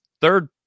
third